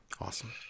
Awesome